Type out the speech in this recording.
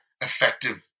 effective